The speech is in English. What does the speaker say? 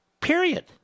Period